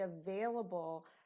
available